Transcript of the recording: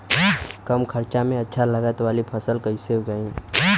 कम खर्चा में अच्छा लागत वाली फसल कैसे उगाई?